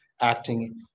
acting